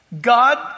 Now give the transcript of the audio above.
God